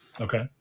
Okay